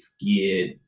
scared